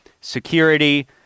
Security